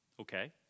Okay